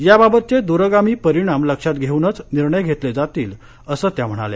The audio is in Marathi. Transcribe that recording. याबाबतचे द्रगामी परिणाम लक्षात घेऊनच निर्णय घेतले जातील असं त्या म्हणाल्या